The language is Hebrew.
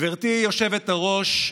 גברתי היושבת-ראש,